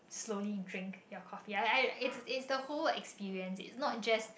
slowing drink your coffee I I is is the whole experience is not just